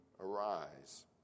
arise